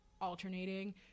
alternating